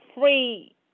free